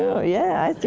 oh yeah,